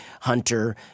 Hunter